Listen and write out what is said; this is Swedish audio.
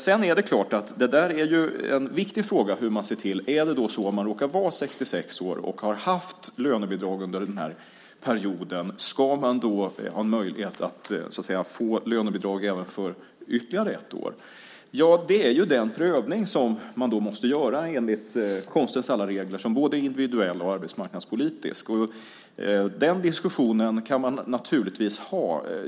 Sedan är det en viktig fråga om den som råkar vara 66 år och har haft lönebidrag ska ha möjlighet att få lönebidrag ytterligare ett år. Det är en prövning som måste göras enligt konstens alla regler från både individuell och arbetsmarknadspolitisk utgångspunkt. Den diskussionen kan man naturligtvis föra.